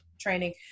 Training